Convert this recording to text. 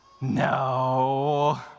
No